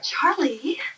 Charlie